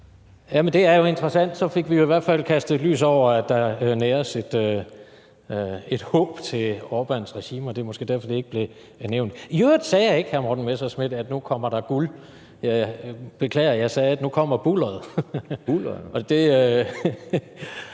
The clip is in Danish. det er jo interessant. Så fik vi i hvert fald kastet lys over, at der næres et håb til Orbans regime, og det er måske derfor, det ikke blev nævnt. I øvrigt sagde jeg ikke, hr. Morten Messerschmidt, at nu kommer der guld. Jeg beklager. Jeg sagde, at nu kommer bulderet